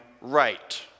right